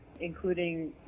including